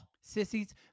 Sissies